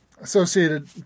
associated